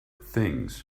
things